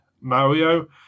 Mario